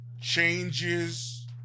changes